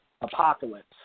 Apocalypse